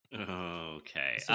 Okay